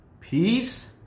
peace